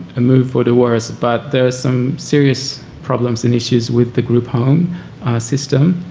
a move for the worse, but there's some serious problems and issues with the group home system.